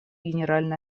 генеральной